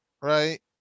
right